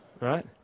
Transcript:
Right